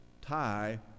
Tie